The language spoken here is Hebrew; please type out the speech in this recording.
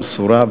מסורה,